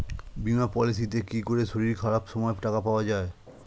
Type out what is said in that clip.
বীমা পলিসিতে কি করে শরীর খারাপ সময় টাকা পাওয়া যায়?